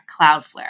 Cloudflare